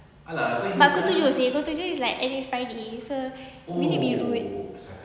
but pukul tujuh seh pukul tujuh is like and it's friday so will it be rude